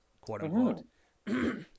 quote-unquote